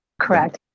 Correct